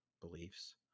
Beliefs